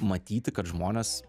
matyti kad žmonės